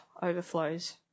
Overflows